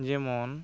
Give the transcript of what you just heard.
ᱡᱮᱢᱚᱱ